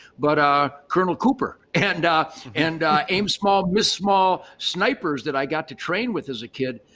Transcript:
but ah colonel cooper and and aim small, miss small snipers that i got to train with as a kid.